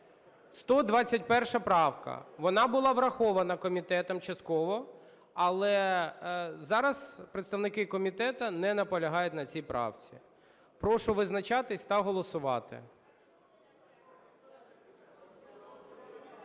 121 правка, вона була врахована комітетом частково. Але зараз представники комітету не наполягають на цій правці. Прошу визначатись та голосувати.